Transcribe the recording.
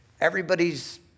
Everybody's